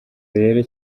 rero